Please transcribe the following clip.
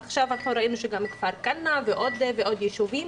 עכשיו ראינו שגם כפר כנא ועוד ועוד יישובים